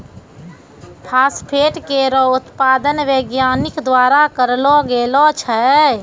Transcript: phosphate केरो उत्पादन वैज्ञानिक द्वारा करलो गेलो छै